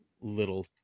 little